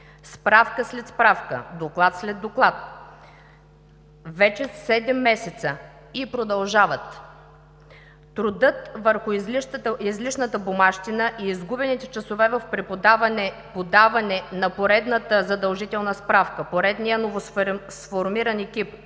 справка след справка, доклад след доклад вече седем месеца и продължават. Трудът върху излишната бумащина и изгубените часове в подаване на поредната задължителна справка, поредния новосформиран екип,